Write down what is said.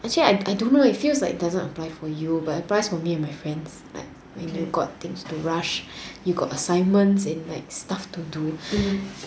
actually I don't know eh it feels like doesn't apply for you but it applies for me and my friends like got things to rush you got assignments and like stuff to do